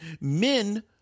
men